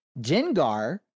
Dengar